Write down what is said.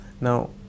Now